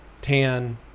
tan